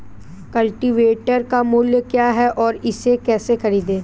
Cultivator का मूल्य क्या है और इसे कैसे खरीदें?